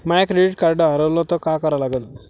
माय credit card हारवलं तर काय करा लागन?